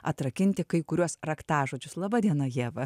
atrakinti kai kuriuos raktažodžius laba diena ieva